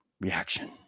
reaction